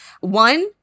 One